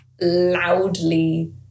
loudly